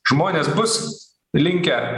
žmonės bus linkę